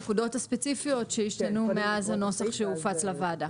את הנקודות הספציפיות שהתשנו מאז שהנוסח הופץ לוועדה.